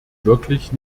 wirklich